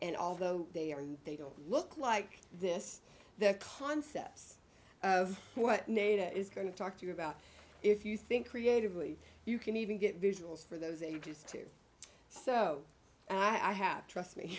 and although they are they don't look like this the concepts of what neda is going to talk to you about if you think creatively you can even get visuals for those interested so i have trust me